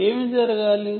ఏమి జరగాలి